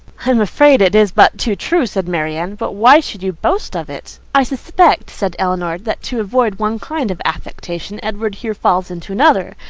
i am afraid it is but too true, said marianne but why should you boast of it? i suspect, said elinor, that to avoid one kind of affectation, edward here falls into another.